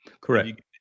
Correct